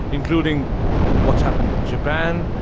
including what's happened in japan,